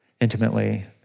intimately